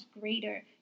greater